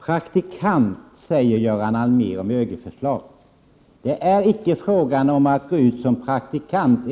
praktikanter när det gäller ÖGY:s förslag. Enligt ÖGTY är det dock icke fråga om att man skall gå ut som praktikant.